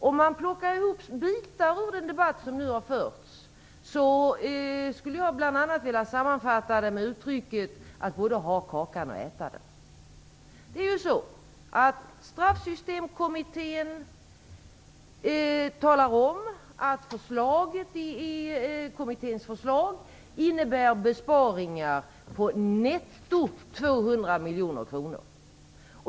Om man plockar bitar ur den debatt som nu har förts skulle jag bl.a. vilja sammanfatta den med uttrycket att både ha kakan och äta den. Straffsystemkommittén talar om att kommitténs förslag innebär besparingar på netto 200 miljoner kronor.